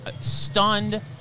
stunned